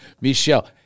Michelle